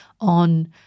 on